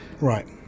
Right